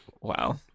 wow